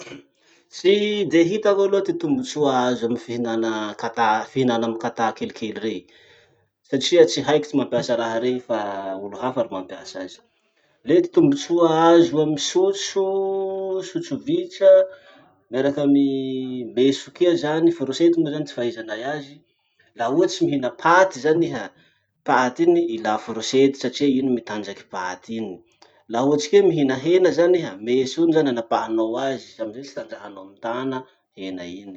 Tsy de hitako aloha ty tombotsoa azo amy fihinana katà, fihinana amy katà kelikely rey. Satria tsy haiko ty mampiasa raha rey fa olo hafa ro mampiasa azy. Le ty tombotsoa azo amin'ny sotro, sotrovitsa miaraky amy meso kea zany, fourchette ty fahaizanay azy. Laha ohatsy mihina paty zany iha, paty iny ilà forosety satria iny mitanjaky paty iny. Laha ohatsy koa iha mihina hena zany iha, meso iny zany anapahanao azy amizay tsy tanjahanao amy tana hena iny.